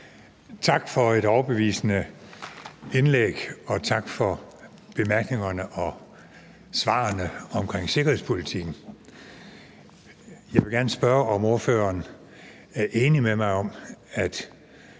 Tak for et overbevisende indlæg, og tak for bemærkningerne og svarene omkring sikkerhedspolitikken. Jeg vil gerne spørge, om ordføreren er enig med mig i, at